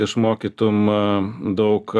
išmokytum daug